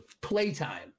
playtime